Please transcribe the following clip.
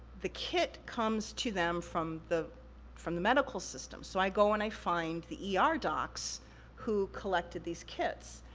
the kit comes to them from the from the medical system, so i go and i find the ah er docs who collected these kits,